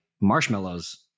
marshmallows